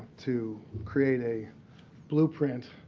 to create a blueprint.